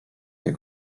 jak